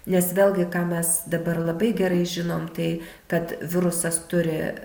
nes vėlgi ką mes dabar labai gerai žinom tai kad virusas turi